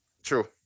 True